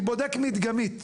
אני בודק מדגמית,